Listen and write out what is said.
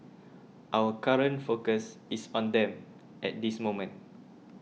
our current focus is on them at this moment